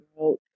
out